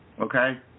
okay